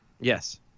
Yes